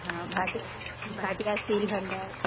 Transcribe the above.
हा भाटि भाटिया स्टील भंडार